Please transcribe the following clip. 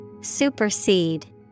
Supersede